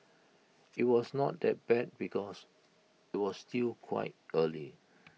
IT was not that bad because IT was still quite early